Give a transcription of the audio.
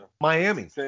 Miami